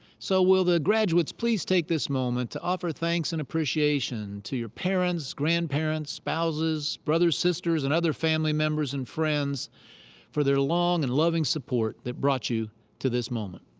so will the graduates please take this moment to offer thanks and appreciation to your parents, grandparents, spouses, brothers, sisters, and other family members and friends for their long and loving support that brought you to this moment.